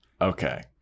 Okay